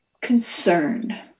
concern